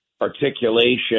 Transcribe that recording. articulation